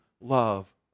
love